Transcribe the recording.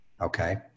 okay